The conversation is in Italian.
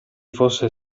fosse